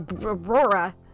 Aurora